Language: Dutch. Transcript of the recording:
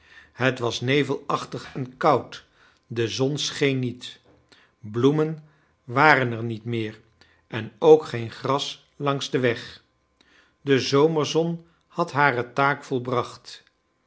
het was nevelachtig en koud de zon scheen niet bloemen waren er niet meer en ook geen gras langs den weg de zomerzon had hare taak volbracht